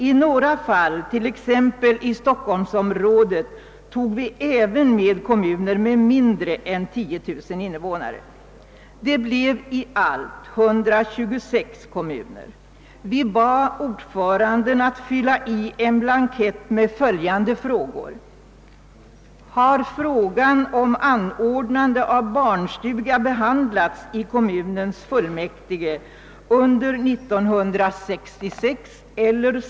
I några fall, t.ex. i stockholmsområdet, tog vi även med kommuner med mindre än 10 000 invånare. Det blev i allt 126 kommuner. Vi bad ordförandena att fylla i en blankett med följande frågor: Har frågan om anordnande av barnstuga behandlats i kommunens fullmäktige under 1966 och/eller.